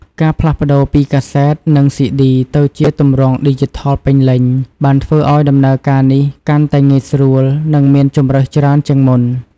ការផ្លាស់ប្តូរពីកាសែត និងស៊ីឌី ទៅជាទម្រង់ឌីជីថលពេញលេញ បានធ្វើឱ្យដំណើរការនេះកាន់តែងាយស្រួល និងមានជម្រើសច្រើនជាងមុន។